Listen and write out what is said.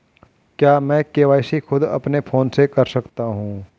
क्या मैं के.वाई.सी खुद अपने फोन से कर सकता हूँ?